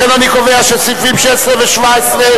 על סעיפים 16 ו-17.